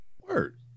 Word